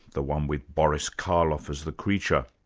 the one with boris karloff as the creature.